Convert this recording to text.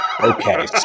Okay